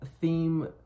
theme